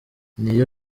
niyo